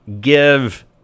give